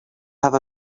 have